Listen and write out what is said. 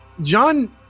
John